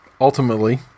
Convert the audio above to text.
Ultimately